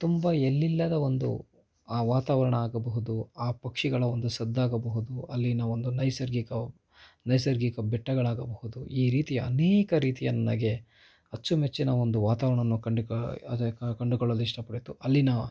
ತುಂಬ ಎಲ್ಲಿಲ್ಲದ ಒಂದು ಆ ವಾತಾವರಣ ಆಗಬಹುದು ಆ ಪಕ್ಷಿಗಳ ಒಂದು ಸದ್ದಾಗಬಹುದು ಅಲ್ಲಿನ ಒಂದು ನೈಸರ್ಗಿಕ ನೈಸರ್ಗಿಕ ಬೆಟ್ಟಗಳಾಗಬಹುದು ಈ ರೀತಿಯ ಅನೇಕ ರೀತಿಯ ನನಗೆ ಅಚ್ಚುಮೆಚ್ಚಿನ ಒಂದು ವಾತಾವರಣವನ್ನು ಕಂಡುಕೋ ಕಂಡುಕೊಳ್ಳಲು ಇಷ್ಟಪಡುತ್ತಾ ಅಲ್ಲಿನ